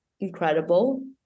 incredible